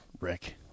Rick